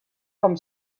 com